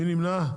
מי נמנע?